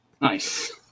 nice